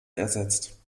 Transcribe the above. ersetzt